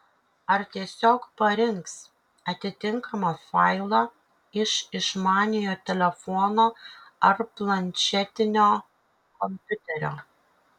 ar tiesiog parinks atitinkamą failą iš išmaniojo telefono ar planšetinio kompiuterio